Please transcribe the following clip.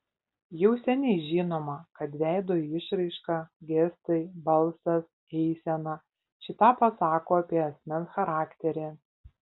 jau seniai žinoma kad veido išraiška gestai balsas eisena šį tą pasako apie asmens charakterį